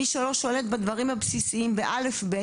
מי שלא שולט בדברים הבסיסיים ב-א' ב'